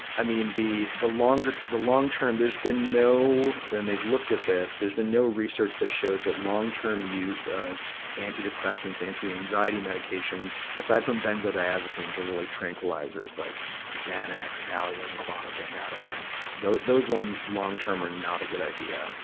i mean, the, the longer, the long-term, there's been no and they've looked at this there's been no research that shows that long-term use of anti-depressants, anti-anxiety medications, aside from benzodiazepines those are like tranquilizers like xanax, valium, klonopin, ativan those, those ones long-term are not a good idea.